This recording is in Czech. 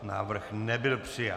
Návrh nebyl přijat.